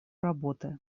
работы